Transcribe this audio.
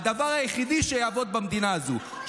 הדבר היחידי שיעבוד במדינה הזאת,